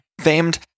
famed